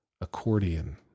accordion